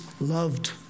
loved